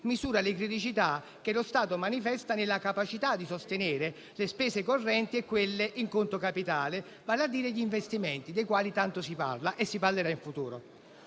misura le criticità che lo Stato manifesta nella capacità di sostenere le spese correnti e quelle in conto capitale, vale a dire gli investimenti dei quali tanto si parla e si parlerà in futuro.